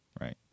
right